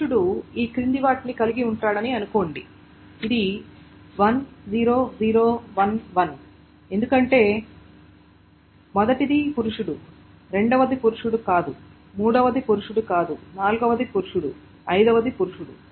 పురుషుడు ఈ క్రింది వాటిని కలిగి ఉంటాడని అనుకోండి అది 10011 ఎందుకు ఒకటి ఎందుకంటే మొదటిది పురుషుడు రెండవది పురుషుడు కాదు మూడవది పురుషుడు కాదు నాల్గవది పురుషుడు ఐదవది పురుషుడు